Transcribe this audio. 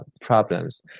problems